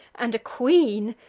and a queen,